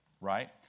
Right